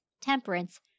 temperance